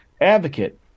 advocate